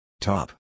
Top